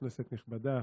כנסת נכבדה,